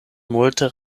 multe